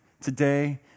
today